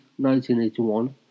1981